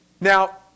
Now